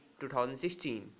2016